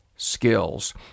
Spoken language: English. skills